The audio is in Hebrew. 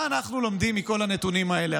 מה אנחנו לומדים מכל הנתונים האלה,